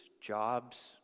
jobs